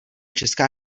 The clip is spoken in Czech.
česká